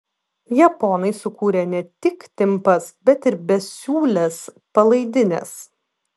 japonai sukūrė ne tik timpas bet ir besiūles palaidines